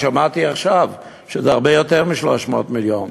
שמעתי עכשיו שזה הרבה יותר מ-300 מיליון.